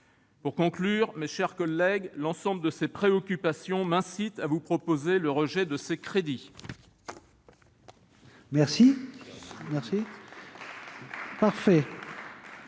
Pour conclure, mes chers collègues, l'ensemble de ces préoccupations m'incite à vous proposer le rejet de ces crédits.